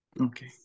Okay